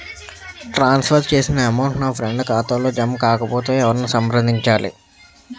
ట్రాన్స్ for చేసిన amount నా friend ఖాతాలో జమ కాకపొతే ఎవరిని సంప్రదించాలి?